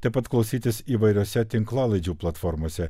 taip pat klausytis įvairiose tinklalaidžių platformose